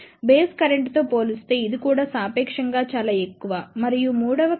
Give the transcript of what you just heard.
కాబట్టి base current తో పోలిస్తే ఇది కూడా సాపేక్షంగా చాలా ఎక్కువ మరియు మూడవ case R1 100 kΩ R2 200kΩ Rin2